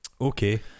Okay